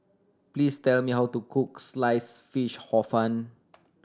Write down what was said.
please tell me how to cook Sliced Fish Hor Fun